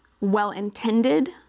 well-intended